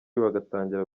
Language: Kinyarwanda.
bagatangira